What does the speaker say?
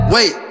Wait